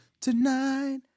tonight